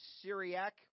Syriac